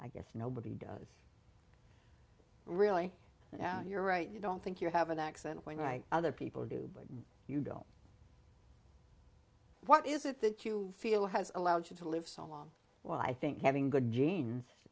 i guess nobody does really you know you're right you don't think you have an accent when like other people do but you know what is it that you feel has allowed you to live so long well i think having good genes